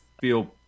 feel